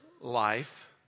life